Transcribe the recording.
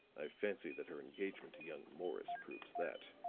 i fancy that her engagement to young morris proves that.